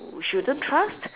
we shouldn't trust